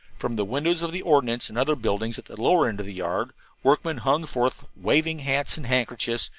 from the windows of the ordnance and other buildings at the lower end of the yard workmen hung forth, waving hats and handkerchiefs,